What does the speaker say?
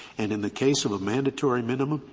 and in the case of a mandatory minimum,